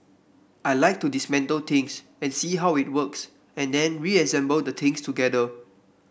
I like to dismantle things and see how it works and then reassemble the things together